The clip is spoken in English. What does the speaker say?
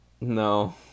No